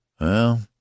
Well